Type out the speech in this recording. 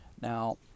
Now